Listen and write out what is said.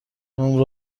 نمره